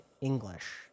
English